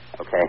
Okay